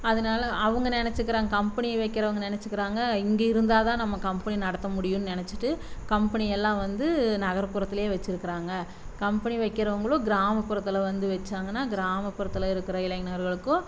அதனால அவங்க நெனைச்சிக்கிறாங்க கம்பெனி வைக்கிறவங்க நெனைச்சிக்கிறாங்க இங்கே இருந்தால் தான் நம்ம கம்பெனி நடத்த முடியும் நெனைச்சிட்டு கம்பெனியெல்லாம் வந்து நகர்புறத்துலேயே வச்சிருக்கிறாங்க கம்பெனி வைக்கிறவங்களும் கிராமப்புறத்தில் வந்து வைச்சாங்கன்னா கிராமப்புறத்தில் இருக்கிற இளைஞர்களுக்கும்